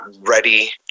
ready